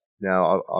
now